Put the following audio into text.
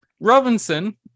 Robinson